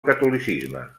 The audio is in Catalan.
catolicisme